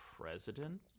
president